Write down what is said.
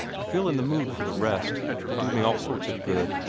i feel in the mood for the rest it will do me all sorts of good.